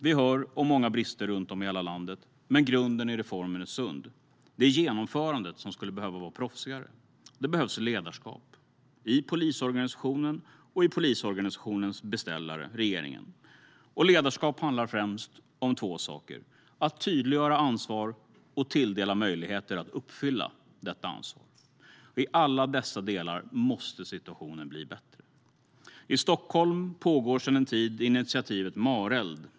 Vi hör om många brister runt om i hela landet. Men grunden i reformen är sund. Det är genomförandet som skulle behöva vara proffsigare. Det behövs ledarskap i polisorganisationen och hos polisorganisationens beställare, regeringen. Ledarskap handlar främst om två saker: att tydliggöra ansvar och att tilldela möjligheter att uppfylla detta ansvar. I alla dessa delar måste situationen bli bättre. I Stockholm pågår sedan en tid initiativet Mareld.